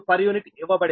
uఇవ్వబడింది